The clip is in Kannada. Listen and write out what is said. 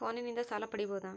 ಫೋನಿನಿಂದ ಸಾಲ ಪಡೇಬೋದ?